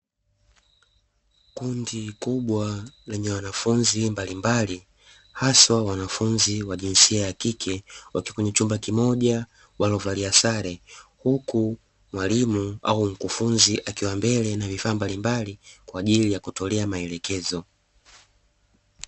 Kundi kubwa lenye wanafunzi mbalimbali haswa wanafunzi wa jinsia ya kike, wakiwa kwenye chumba kimoja waliovalia sare, huku mwalimu au mkufunzi akiwa mbele na vifaa mbalimbali kwa ajili ya kutolea maelekezo.